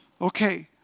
okay